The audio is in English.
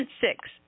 Six